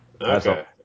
Okay